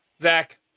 Zach